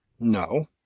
no